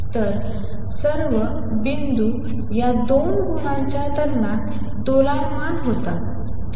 तर सर्व बिंदू या 2 गुणांच्या दरम्यान दोलायमान होतात ठीक आहे